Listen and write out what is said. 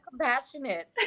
compassionate